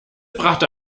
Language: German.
brachte